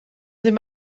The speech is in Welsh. ddydd